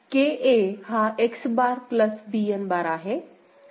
KA हा X bar plus Bn bar आहे